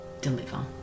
deliver